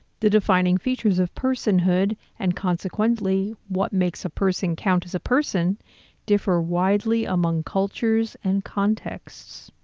the defining features of personhood, and consequently, what makes a person count as a person differ widely among cultures and contexts.